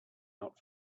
not